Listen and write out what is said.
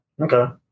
Okay